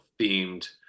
themed